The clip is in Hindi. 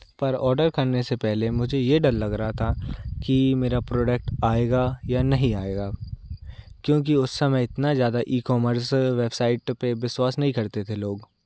पर ऑर्डर करने से पहले मुझे यह डर लग रहा था कि मेरा प्रोडक्ट आएगा या नहीं आएगा क्योंकि उस समय इतना ज़्यादा ईकॉमर्स वेबसाइट पर विश्वास नहीं करते थे लोग